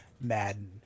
madden